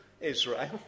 Israel